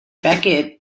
becket